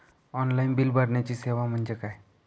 Online bill भरण्याची सेवा म्हणजे काय?